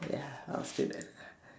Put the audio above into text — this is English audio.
ya I'm a student